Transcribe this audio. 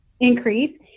increase